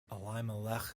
elimelech